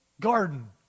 garden